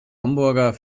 hamburger